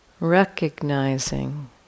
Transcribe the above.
recognizing